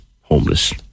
homeless